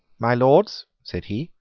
my lords, said he,